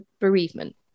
bereavement